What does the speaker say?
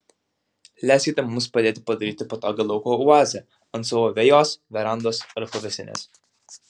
leiskite mums padėti padaryti patogią lauko oazę ant savo vejos verandos ar pavėsinės